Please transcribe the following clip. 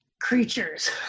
creatures